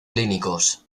clínicos